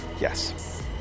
Yes